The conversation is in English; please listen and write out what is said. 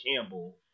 Campbell